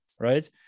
Right